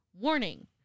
Warning